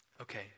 okay